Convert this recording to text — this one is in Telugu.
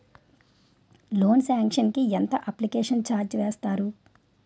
లోన్ సాంక్షన్ కి ఎంత అప్లికేషన్ ఛార్జ్ వేస్తారు?